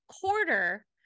quarter